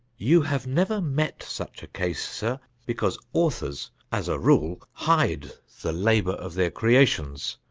you have never met such a case, sir, because authors, as a rule, hide the labour of their creations.